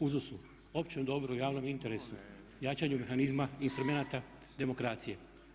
uzusu, općem dobru, javnom interesu, jačanju mehanizma i instrumenata demokracije.